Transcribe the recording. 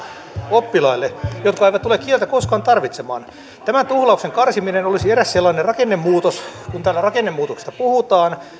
oppilaille jotka eivät tule kieltä koskaan tarvitsemaan tämän tuhlauksen karsiminen olisi eräs sellainen rakennemuutos kun täällä rakennemuutoksista puhutaan